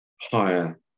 higher